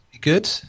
good